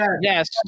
Yes